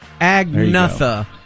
Agnatha